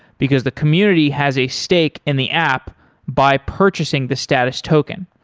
because the community has a stake in the app by purchasing the status token.